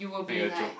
make a joke